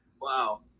Wow